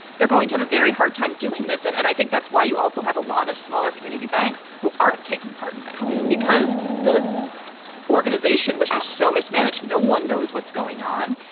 they're going to have a very hard time doing this. and and i think that's why you also have a lot of smaller community banks who aren't taking part in this because the organization was just so mismanaged. no one knows what's going on.